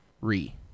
Re